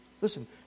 Listen